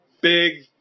big